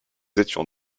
étions